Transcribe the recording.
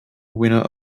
winner